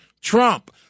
Trump